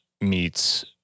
meets